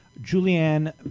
Julianne